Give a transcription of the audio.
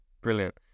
Brilliant